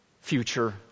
future